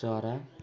चरा